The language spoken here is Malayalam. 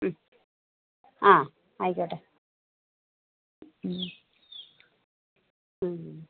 ഉം ആ ആയിക്കോട്ടെ ഉം ഉം